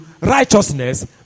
righteousness